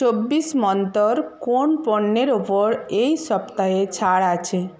চব্বিশ মন্ত্রর কোন পণ্যের ওপর এই সপ্তাহে ছাড় আছে